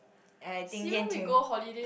and I think Yan-Ting